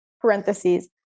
Parentheses